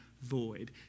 void